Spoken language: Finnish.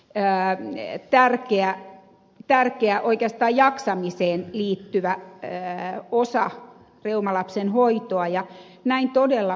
enää ei lapsireumaperheiden tärkeä oikeastaan jaksamiseen liittyvä osa reumalapsen hoitoa ja näin todella onkin